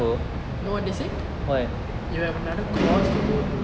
you know what they said you have another course to go to